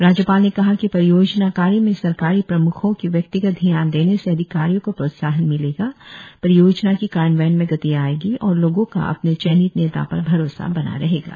राज्यपाल ने कहा कि परियोजना कार्य में सरकारी प्रम्खों की व्यक्तिगत ध्यान देने से अधिकारियों को प्रोत्साहन मिलेगा परियोजना की कार्यान्वयन में गति आएगी और लोगों का अपने चयनित नेता पर भरोसा बने रहेंगे